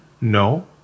No